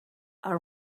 our